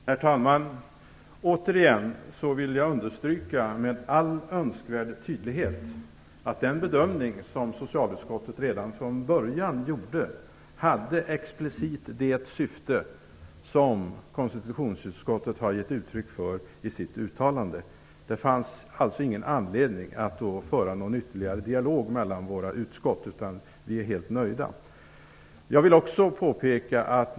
Herr talman! Återigen vill jag understryka med all önskvärd tydlighet att den bedömning som socialutskottet redan från början gjorde hade explicit det syfte som konstitutionsutskottet har givit uttryck för i sitt uttalande. Det fanns alltså ingen anledning att föra någon ytterligare dialog mellan våra utskott. Vi är helt nöjda.